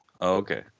Okay